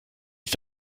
ich